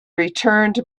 returned